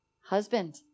husband